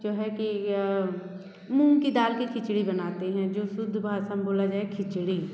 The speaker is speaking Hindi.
जो है कि मूंग की दाल की खिचड़ी बनाते हैं जो शुद्ध भाषा में बोल जाए खिचड़ी